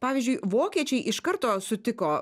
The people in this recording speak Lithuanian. pavyzdžiui vokiečiai iš karto sutiko